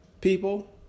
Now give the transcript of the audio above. people